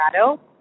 Colorado